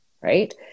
right